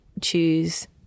choose